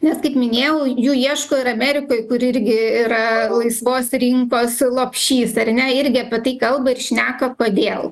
nes kaip minėjau jų ieško ir amerikoj kur irgi yra laisvos rinkos lopšys ar ne irgi apie tai kalba ir šneka kodėl